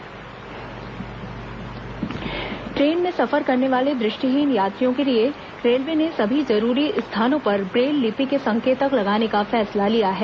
railway ब्रेललिपि train में सफर करने वाले दृष्टिहीन यात्रियों के लिए रेलवे ने सभी जरूरी स्थानों पर ब्रेललिपि के संकेतक लगाने का फैसला लिया है